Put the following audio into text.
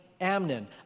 Amnon